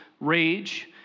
rage